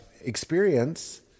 experience